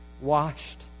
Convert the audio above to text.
washed